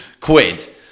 quid